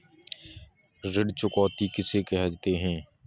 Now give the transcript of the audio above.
ऋण चुकौती किसे कहते हैं?